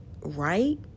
right